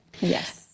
Yes